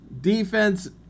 Defense